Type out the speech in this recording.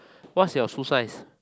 what's your shoe size